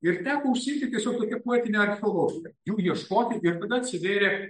ir teko užsiimti tiesiog tokia poetine archeologija jų ieškoti ir tada atsivėrė